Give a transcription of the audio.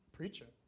preacher